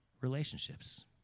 relationships